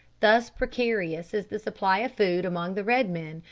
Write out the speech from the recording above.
thus precarious is the supply of food among the red-men,